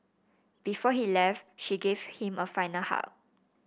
before he left she gave him a final hug